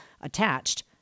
attached